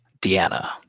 Deanna